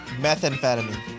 Methamphetamine